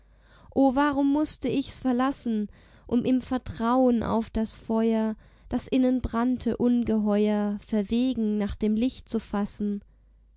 o warum mußte ich's verlassen um im vertrauen auf das feuer das innen brannte ungeheuer verwegen nach dem licht zu fassen